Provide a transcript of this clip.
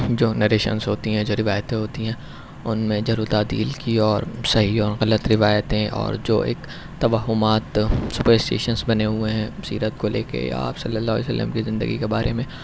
جو نریشنس ہوتیں ہیں جو روایتیں ہوتیں ہیں ان میں جرح و تعدیل کی اور صحیح اور غلط روایتیں اور جو ایک توہمات بنے ہوئے ہیں سیرت کو لے کے یا آپ صلی اللہ علیہ وسلم کے زندگی کے بارے میں